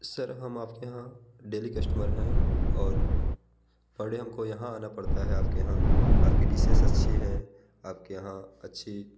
sir हम आप के यहाँ डेली कस्टमर हैं और अगर हम को यहाँ आना पड़ता है आप के यहाँ आप की डिशेज अच्छी हैं आप के यहाँ अच्छी